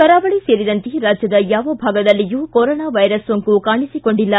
ಕರಾವಳಿ ಸೇರಿದಂತೆ ರಾಜ್ಯದ ಯಾವ ಭಾಗದಲ್ಲಿಯೂ ಕೊರೋನಾ ವೈರಸ್ ಸೋಂಕು ಕಾಣಿಸಿಕೊಂಡಿಲ್ಲ